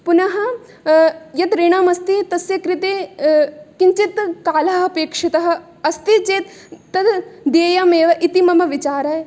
पुनः यत् ऋणम् अस्ति तस्य कृते किञ्चित् कालः अपेक्षितः अस्ति चेत् तद् देयमेव इति मम विचारः